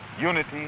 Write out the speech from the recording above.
unity